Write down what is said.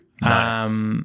Nice